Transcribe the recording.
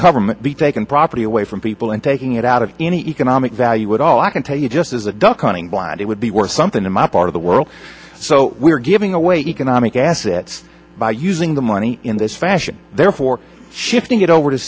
government be taking property away from people and taking it out of any economic value would all i can tell you just as a duck running blind it would be worth something in my part of the world so we're giving away economic assets by using the money in this fashion therefore shifting it over to